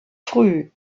früh